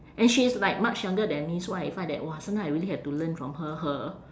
and she is like much younger than me so I find that !wah! sometime I really have to learn from her her